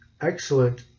excellent